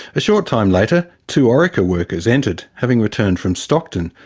a short time later, two orica workers entered, having returned from stockton,